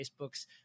Facebook's